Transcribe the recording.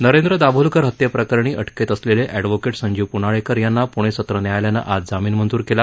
नरेंद्र दाभोलकर हत्येप्रकरणी अटकेत असलेले अॅडव्होकेट संजीव पुनाळेकर यांना पुणे सत्र न्यायालयानं आज जामीन मंजूर केला